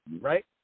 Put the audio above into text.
right